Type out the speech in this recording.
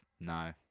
no